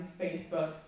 Facebook